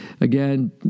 again